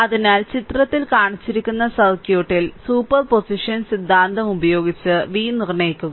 അതിനാൽ ചിത്രത്തിൽ കാണിച്ചിരിക്കുന്ന സർക്യൂട്ടിൽ സൂപ്പർപോസിഷൻ സിദ്ധാന്തം ഉപയോഗിച്ച് v നിർണ്ണയിക്കുക